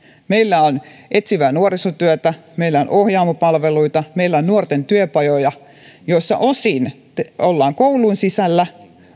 meillä on etsivää nuorisotyötä meillä on ohjaamo palveluita meillä on nuorten työpajoja joissa osin ollaan koulun sisällä